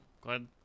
Glad